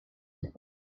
road